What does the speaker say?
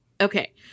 Okay